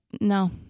No